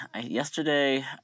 yesterday